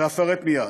ואפרט מייד.